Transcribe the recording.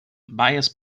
bias